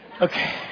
Okay